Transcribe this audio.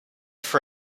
for